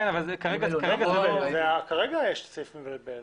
כרגע יש סעיף מבלבל.